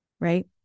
right